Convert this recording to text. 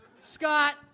Scott